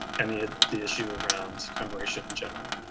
and the ah the issue around commemoration in general.